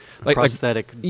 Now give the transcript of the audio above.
Prosthetic